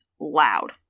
loud